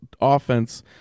offense